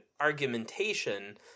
argumentation